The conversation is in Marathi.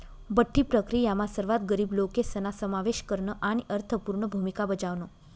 बठ्ठी प्रक्रीयामा सर्वात गरीब लोकेसना समावेश करन आणि अर्थपूर्ण भूमिका बजावण